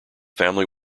family